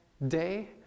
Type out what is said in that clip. day